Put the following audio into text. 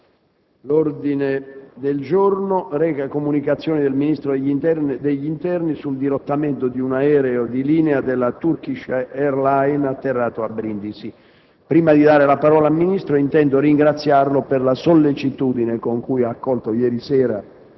L'ordine del giorno reca: «Comunicazioni del Ministro dell'interno sul dirottamento di un aereo di linea della Turkish Airlines atterrato a Brindisi». Prima di dare la parola al Ministro, desidero ringraziarlo, a nome di tutti, per la sollecitudine con cui ha accolto ieri sera